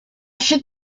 should